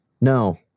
no